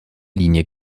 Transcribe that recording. linie